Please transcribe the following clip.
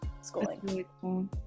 schooling